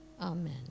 Amen